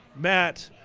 matt,